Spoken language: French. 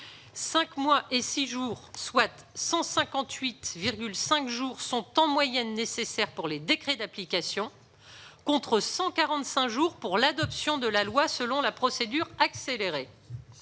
mois et six jours, soit 158,5 jours, sont en moyenne nécessaires pour les décrets d'application, contre 145 jours pour l'adoption de la loi selon la procédure accélérée.